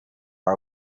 are